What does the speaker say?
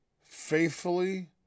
faithfully